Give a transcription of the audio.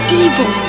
evil